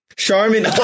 Charmin